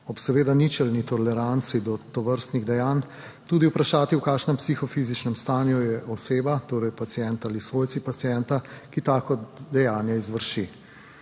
ob seveda ničelni toleranci do tovrstnih dejanj tudi vprašati, v kakšnem psihofizičnem stanju je oseba, torej pacient ali svojci pacienta, ki tako dejanje izvrši.